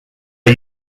are